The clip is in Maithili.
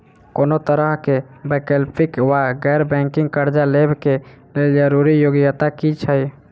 कोनो तरह कऽ वैकल्पिक वा गैर बैंकिंग कर्जा लेबऽ कऽ लेल जरूरी योग्यता की छई?